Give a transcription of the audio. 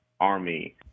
army